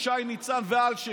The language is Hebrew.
שי ניצן ואלשיך.